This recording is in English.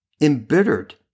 embittered